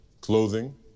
clothing